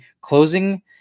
closing